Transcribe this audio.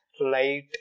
light